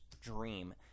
dream